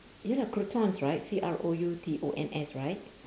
you know the croutons right C R O U T O N S right